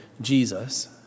Jesus